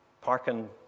parking